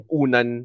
unan